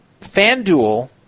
FanDuel